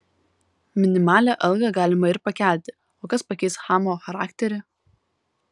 minimalią algą galima ir pakelti o kas pakeis chamo charakterį